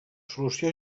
solució